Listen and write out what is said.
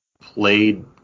played